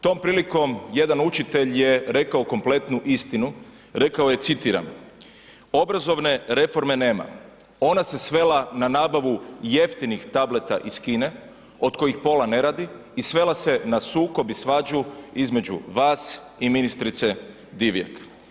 Tom prilikom jedan učitelj je rekao kompletnu istinu, rekao je citiram: Obrazovne reforme nema, ona se svela na nabavu jeftinih tableta iz Kine od kojih pola ne radi i svela se na sukob i svađu između vas i ministrice Divjak.